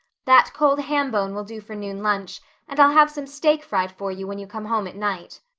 that cold ham bone will do for noon lunch and i'll have some steak fried for you when you come home at night.